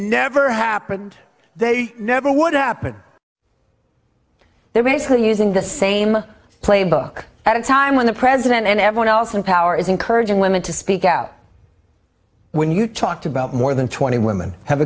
never happened they never would happen they're basically using the same playbook at a time when the president and everyone else in power is encouraging women to speak out when you talked about more than twenty women have